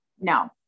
No